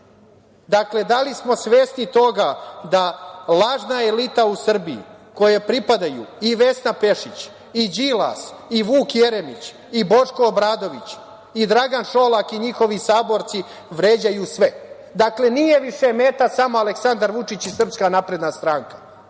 Dakle, da li smo svesni toga da lažna elita u Srbiji, kojoj pripadaju i Vesna Pešić, i Đilas, i Vuk Jeremić, i Boško Obradović i Dragan Šolak i njihovi saborci vređaju sve. Dakle, nije više meta samo Aleksandar Vučić i SNS, sada su meta